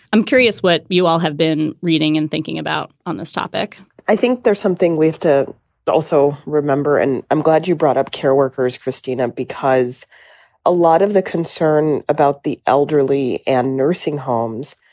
i'm curious what you all have been reading and thinking about on this topic i think there's something we have to also remember and i'm glad you brought up care workers, christina, because a lot of the concern about the elderly and nursing homes,